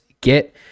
get